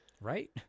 Right